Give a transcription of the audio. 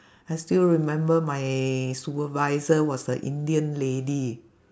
I still remember my supervisor was a indian lady